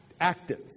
active